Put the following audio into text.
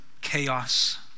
chaos